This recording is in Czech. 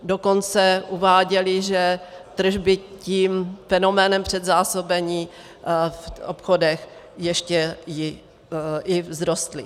Dokonce uváděli, že tržby tím fenoménem předzásobení v obchodech ještě vzrostly.